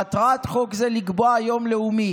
"מטרת חוק זה לקבוע יום לאומי